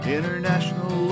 international